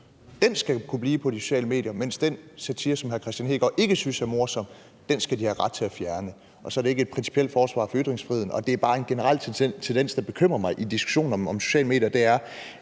skal kunne blive på de sociale medier, mens den satire, som hr. Kristian Hegaard ikke synes er morsom, skal de have ret til at fjerne – og så er det ikke et principielt forsvar for ytringsfriheden. Det er bare en generel tendens, der bekymrer mig i diskussionen om sociale medier, nemlig